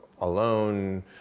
alone